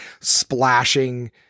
splashing